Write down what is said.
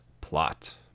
Plot